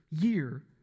year